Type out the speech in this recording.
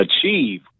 Achieve